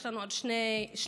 יש לנו עוד שני ימים,